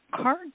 card